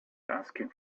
asking